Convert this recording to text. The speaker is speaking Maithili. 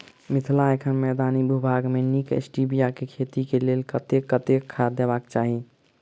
मिथिला एखन मैदानी भूभाग मे नीक स्टीबिया केँ खेती केँ लेल कतेक कतेक खाद देबाक चाहि?